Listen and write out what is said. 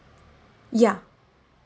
yeah